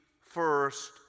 first